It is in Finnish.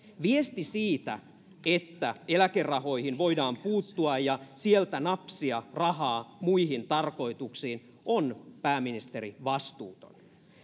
viesti siitä että eläkerahoihin voidaan puuttua ja sieltä napsia rahaa muihin tarkoituksiin on pääministeri vastuuton